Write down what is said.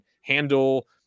handle